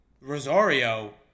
Rosario